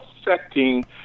affecting